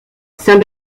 saint